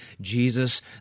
Jesus